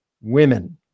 women